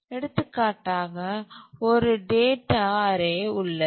எடுத்துக்காட்டாக ஒரு data array உள்ளது